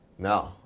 No